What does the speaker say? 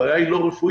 הבעיה היא לא רפואית,